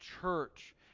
church